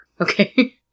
Okay